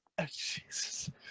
Jesus